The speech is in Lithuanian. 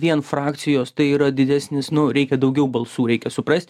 vien frakcijos tai yra didesnis nu reikia daugiau balsų reikia suprast